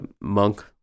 monk